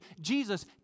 Jesus